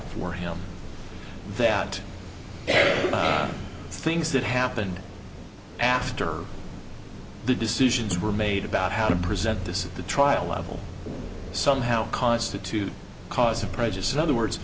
before him that things that happened after the decisions were made about how to present this the trial level somehow constitute cause of prejudice in other words